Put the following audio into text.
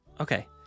okay